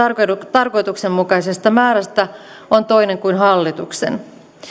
tarkoituksenmukaisesta määrästä on toinen kuin hallituksen